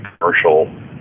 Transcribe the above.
commercial